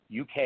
UK